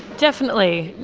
definitely.